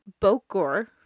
bokor